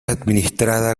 administrada